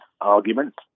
arguments